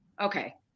Okay